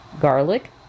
garlic